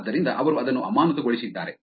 ಆದ್ದರಿಂದ ಅವರು ಅದನ್ನು ಅಮಾನತುಗೊಳಿಸಿದ್ದಾರೆ